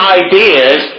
ideas